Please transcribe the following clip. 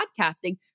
podcasting